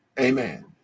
Amen